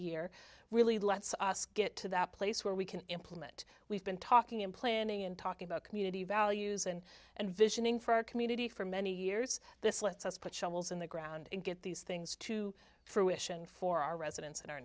year really lets us get to that place where we can implement we've been talking in planning and talking about community values and and visioning for our community for many years this lets us put shovels in the ground and get these things to fruition for our residents and our